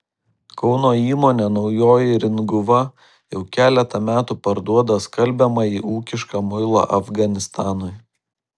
kauno įmonė naujoji ringuva jau keletą metų parduoda skalbiamąjį ūkišką muilą afganistanui